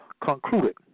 concluded